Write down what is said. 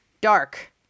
dark